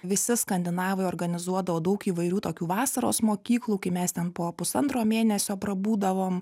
visi skandinavai organizuodavo daug įvairių tokių vasaros mokyklų kai mes ten po pusantro mėnesio prabūdavom